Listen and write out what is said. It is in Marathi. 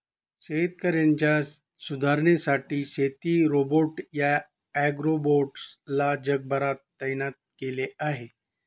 शेतकऱ्यांच्या सुधारणेसाठी शेती रोबोट या ॲग्रीबोट्स ला जगभरात तैनात केल आहे